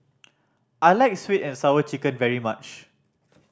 I like Sweet And Sour Chicken very much